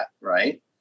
right